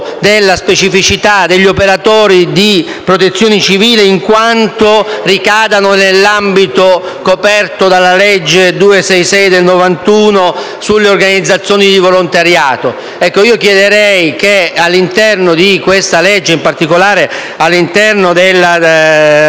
della specificità degli operatori di protezione civile, in quanto ricadano nell'ambito coperto dalla legge n. 266 del 1991 sulle organizzazioni di volontariato. Chiedo dunque che, all'interno di questa legge e in particolare all'interno della